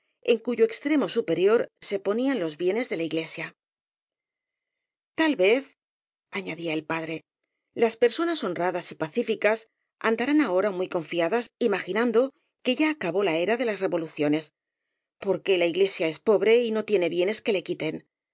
en cuyo extremo superior se ponían los bienes de la iglesia tal vez añadía el padre las personas hon radas y pacíficas andarán ahora muy confiadas imaginando que ya acabó la era de las revolucio nes porque la iglesia es pobre y no tiene bienes que le quiten